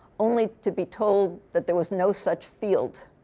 only to be told that there was no such field.